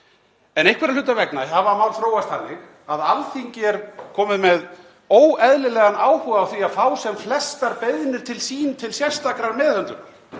En einhverra hluta vegna hafa mál þróast þannig að Alþingi er komið með óeðlilegan áhuga á því að fá sem flestar beiðnir til sín til sérstakrar meðhöndlunar,